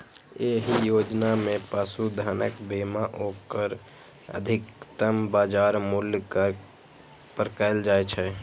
एहि योजना मे पशुधनक बीमा ओकर अधिकतम बाजार मूल्य पर कैल जाइ छै